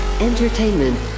Entertainment